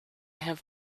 have